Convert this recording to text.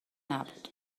نبود